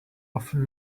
often